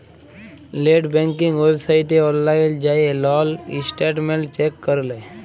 late banking website অললাইল যাঁয়ে লল ইসট্যাটমেল্ট চ্যাক ক্যরে লেই